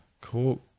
cool